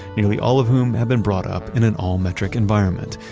nearly all of whom have been brought up in an all metric environment.